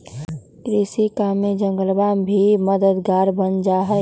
कृषि काम में जंगलवा भी मददगार बन जाहई